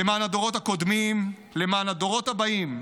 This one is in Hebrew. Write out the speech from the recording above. למען הדורות הקודמים, למען הדורות הבאים,